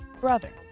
brother